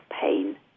pain